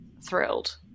thrilled